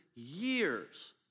Years